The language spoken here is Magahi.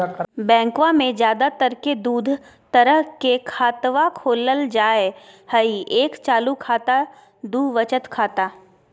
बैंकवा मे ज्यादा तर के दूध तरह के खातवा खोलल जाय हई एक चालू खाता दू वचत खाता